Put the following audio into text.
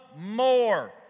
more